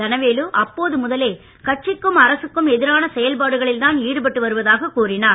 தனவேலு அப்போது முதலே கட்சிக்கும் அரசுக்கும் எதிரான செயல்பாடுகளில்தான் ஈடுபட்டு வருவதாகக் கூறினார்